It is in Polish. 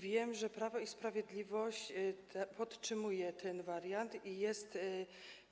Wiem, że Prawo i Sprawiedliwość podtrzymuje ten wariant i jest